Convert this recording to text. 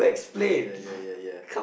uh ya ya ya ya